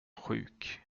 sjuk